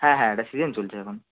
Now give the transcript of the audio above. হ্যাঁ হ্যাঁ এটা সিজেন চলছে এখন